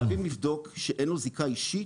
חייבים לבדוק שאין לו זיקה אישית,